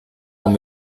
con